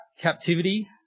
captivity